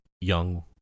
young